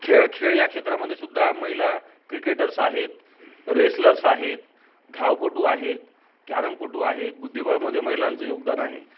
खेळ खेळ या क्षेत्रामध्ये सुद्धा महिला क्रिकेटर्स आहेत रेसलर्स आहेत धावपटू आहेत कॅरमपटू आहेत बुद्धिबळमध्ये महिलांचं योगदान आहे